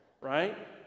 right